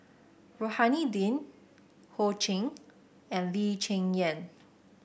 Rohani Din Ho Ching and Lee Cheng Yan